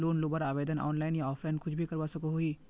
Loan लुबार आवेदन online या ऑफलाइन कुछ भी करवा सकोहो ही?